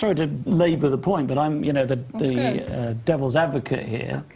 to to labor the point but i'm, you know, the devil's advocate here.